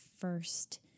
first